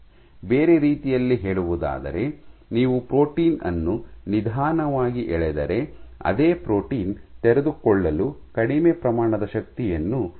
ಬೇರೆ ರೀತಿಯಲ್ಲಿ ಹೇಳುವುದಾದರೆ ನೀವು ಪ್ರೋಟೀನ್ ಅನ್ನು ನಿಧಾನವಾಗಿ ಎಳೆದರೆ ಅದೇ ಪ್ರೋಟೀನ್ ತೆರೆದುಕೊಳ್ಳಲು ಕಡಿಮೆ ಪ್ರಮಾಣದ ಶಕ್ತಿಯನ್ನು ತೆಗೆದುಕೊಳ್ಳುತ್ತದೆ